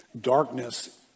Darkness